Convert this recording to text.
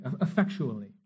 effectually